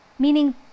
Meaning